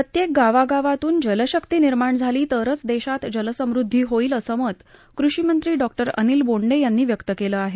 प्रत्येक गावागावातून जलशक्ती निर्माण झाली तरच देशात जलसमुध्दी होईल असं मत कृषी मंत्री डॉक्टर अनिल बोंडे यांनी व्यक्त केलं आहे